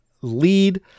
lead